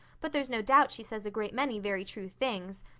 but there's no doubt she says a great many very true things.